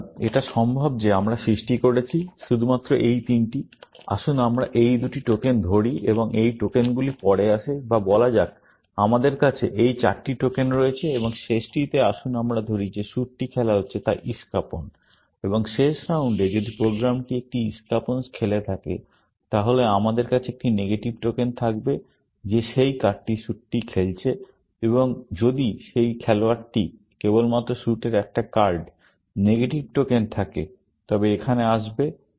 সুতরাং এটা সম্ভব যে আমরা সৃষ্টি করেছি শুধুমাত্র এই তিনটি আসুন আমরা এই দুটি টোকেন ধরি এবং এই টোকেনগুলি পরে আসে বা বলা যাক আমাদের কাছে এই চারটি টোকেন রয়েছে এবং শেষটিতে আসুন আমরা ধরি যে স্যুটটি খেলা হচ্ছে তা ইস্কাপন এবং শেষ রাউন্ডে যদি প্রোগ্রামটি একটি ইস্কাপন খেলে থাকে তাহলে আমাদের কাছে একটি নেগেটিভ টোকেন থাকবে যে সেই কার্ডটি স্যুটটি খেলেছে এবং যদি সেই খেলোয়াড়টি কেবলমাত্র স্যুটের একটা কার্ড নেগেটিভ টোকেন থাকে তবে এখানে আসবে